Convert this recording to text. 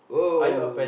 !woah!